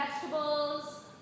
vegetables